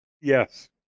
Yes